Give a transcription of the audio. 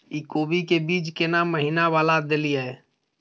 इ कोबी के बीज केना महीना वाला देलियैई?